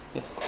Yes